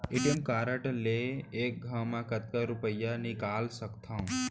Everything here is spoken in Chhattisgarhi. ए.टी.एम कारड ले एक घव म कतका रुपिया निकाल सकथव?